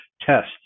test